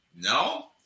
No